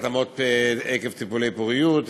התאמות עקב טיפולי פוריות,